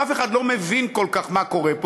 אף אחד לא מבין כל כך מה קורה פה,